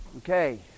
Okay